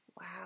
Wow